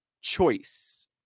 choice